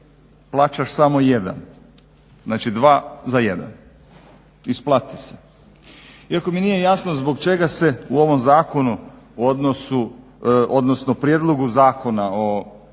plaćaš samo jedan, znači dva za jedan. Isplati se! Iako mi nije jasno zbog čega se u ovom zakonu odnosno prijedlogu zakona o